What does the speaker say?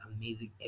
amazing